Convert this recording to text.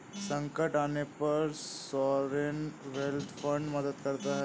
संकट आने पर सॉवरेन वेल्थ फंड मदद करता है